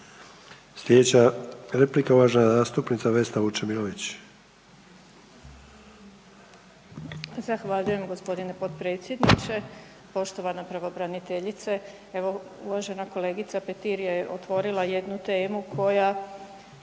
Slijedeća replika uvažena zastupnica Vesna Vučemilović. **Vučemilović, Vesna (DP)** Zahvaljujem g. potpredsjedniče. Poštovana pravobraniteljice, evo uvažena kolegica Petir je otvorila jednu temu koja